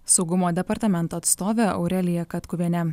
saugumo departamento atstovė aurelija katkuvienė